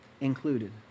included